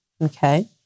okay